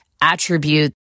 attribute